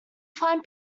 fine